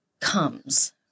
comes